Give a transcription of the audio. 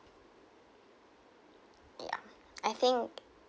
ya I think